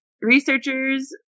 researchers